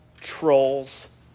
trolls